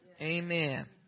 Amen